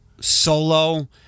solo